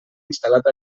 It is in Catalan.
instal·lat